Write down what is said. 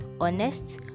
honest